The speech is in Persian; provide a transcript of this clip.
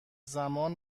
زمان